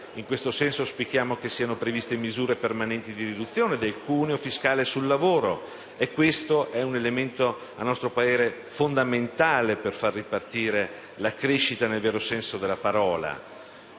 In questo senso, auspichiamo che siano previste misure permanenti di riduzione del cuneo fiscale sul lavoro: questo, a nostro parere, è un elemento fondamentale per fare ripartire la crescita nel vero senso della parola.